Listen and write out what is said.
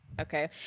Okay